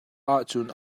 ahcun